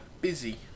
busy